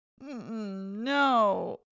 no